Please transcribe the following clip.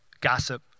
gossip